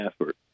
effort